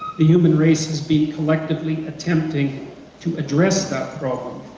the human race has been collectively attempting to address that problem,